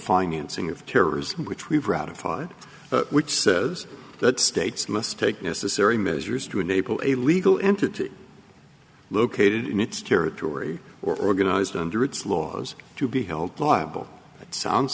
financing of terrorism which we've ratified but which says that states must take necessary measures to enable a legal entity located in its territory or organized under its laws to be held liable it sounds